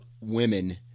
women